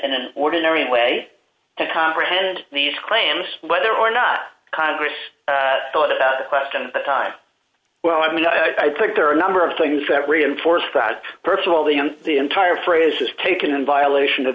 in an ordinary way to comprehend these claims whether or not congress thought about the question the time well i mean i think there are a number of things that reinforce that st of all the in the entire phrase is taken in violation of